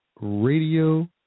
radio